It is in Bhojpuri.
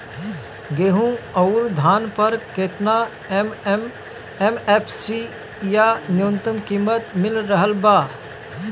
गेहूं अउर धान पर केतना एम.एफ.सी या न्यूनतम कीमत मिल रहल बा?